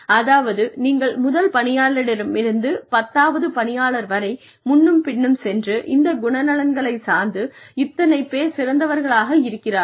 அதாவது நீங்கள் முதல் பணியாளரிடமிருந்து பத்தாவது பணியாளர் வரை முன்னும் பின்னும் சென்று இந்த குணநலன்களைச் சார்ந்து இத்தனை பேர் சிறந்தவர்களாக இருக்கிறார்கள்